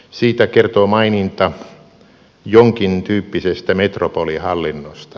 siitä kertoo maininta jonkin tyyppisestä metropolihallinnosta